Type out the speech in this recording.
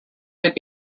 would